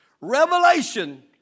Revelation